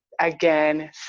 again